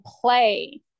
play